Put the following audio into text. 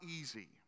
easy